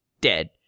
dead